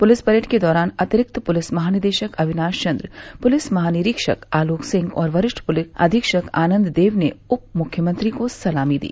police parade के दौरान अतिरिक्त पुलिस महानिदेशक अविनाश चन्द्र पुलिस महानिरीक्षक आलोक सिंह और वरिष्ठ पूलिस अधीक्षक आनन्द देव ने उप मुख्यमंत्री को सलामी दी